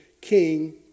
king